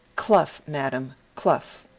cluff, madam, cluff